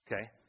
Okay